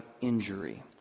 injury